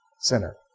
sinner